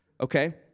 Okay